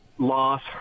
loss